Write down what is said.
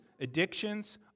addictions